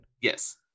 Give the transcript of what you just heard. Yes